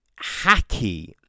hacky